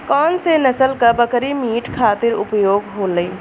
कौन से नसल क बकरी मीट खातिर उपयोग होली?